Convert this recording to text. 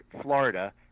florida